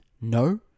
no